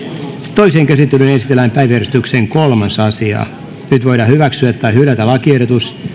toiseen käsittelyyn esitellään päiväjärjestyksen kolmas asia nyt voidaan hyväksyä tai hylätä lakiehdotus